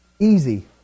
Easy